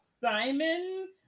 Simon